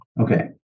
Okay